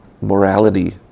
morality